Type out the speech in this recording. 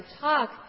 talk